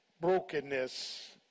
brokenness